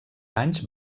anys